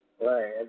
Right